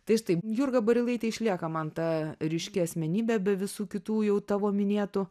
tai štai jurga barilaitė išlieka man ta ryški asmenybė be visų kitų jau tavo minėtų